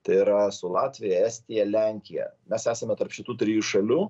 tai yra su latvija estija lenkija mes esame tarp šitų trijų šalių